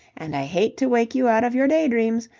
and i hate to wake you out of your daydreams,